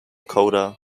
coda